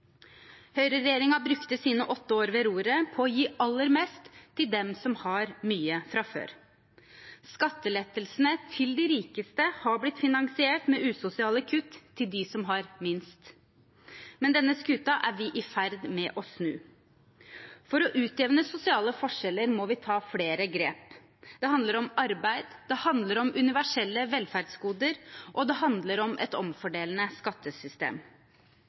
brukte sine åtte år ved roret på å gi aller mest til dem som har mye fra før. Skattelettelsene til de rikeste har blitt finansiert med usosiale kutt til dem som har minst. Men denne skuta er vi i ferd med å snu. For å utjevne sosiale forskjeller må vi ta flere grep. Det handler om arbeid, det handler om universelle velferdsgoder, og det handler om et omfordelende skattesystem.